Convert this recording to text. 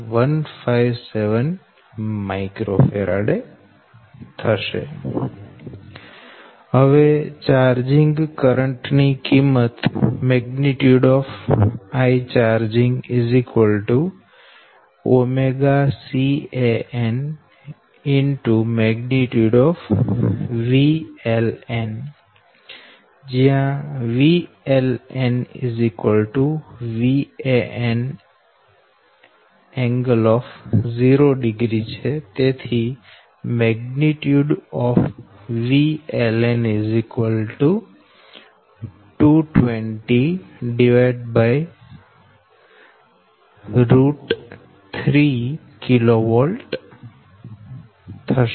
157 µF હવે charging current ની કિંમત IchgCanVLN જયાં VLN Van ㄥ0º ⇨ VLN 2203 kV છે